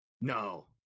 no